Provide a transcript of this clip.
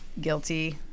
guilty